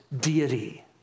deity